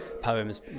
poems